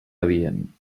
adient